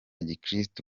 gikristu